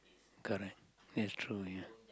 correct yes true ya